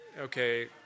Okay